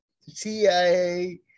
CIA